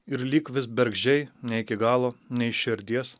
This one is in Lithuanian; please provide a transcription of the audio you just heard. ir lyg vis bergždžiai ne iki galo ne iš širdies